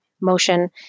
motion